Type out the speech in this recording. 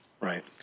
right